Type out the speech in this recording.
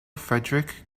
frederick